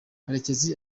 karekezi